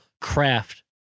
craft